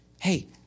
hey